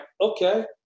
okay